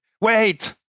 wait